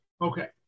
Okay